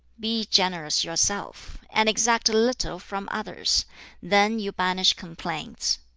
be generous yourself, and exact little from others then you banish complaints.